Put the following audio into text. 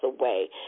away